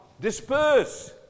Disperse